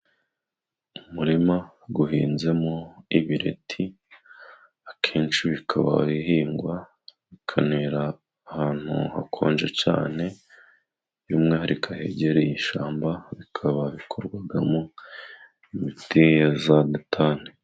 Umurima uhinzemo ibireti，akenshi bikaba bihingwa， bikanera ahantu hakonje cyane，by'umwariko ahegereye ishyamba， bikaba bikorwamo imiti ya za Metane.